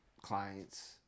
clients